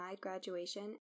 graduation